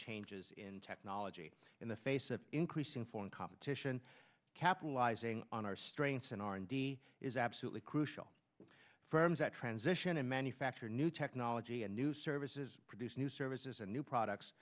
changes in technology in the face of increasing foreign competition capitalizing on our strengths in r and d is absolutely crucial firms that transition and manufacture new technology and new services produce new services and new products